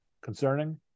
concerning